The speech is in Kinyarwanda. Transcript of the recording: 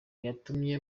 yatumye